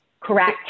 Correct